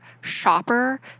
shopper